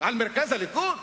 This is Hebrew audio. על מרכז הליכוד?